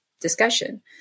discussion